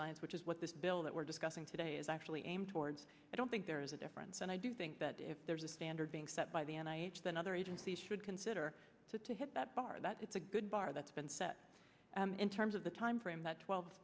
science which is what this bill that we're discussing today is actually aimed towards i don't think there is a difference and i do think that if there's a standard being set by the n h then other agencies should consider to hit that bar that it's a good bar that's been set in terms of the time frame that twelve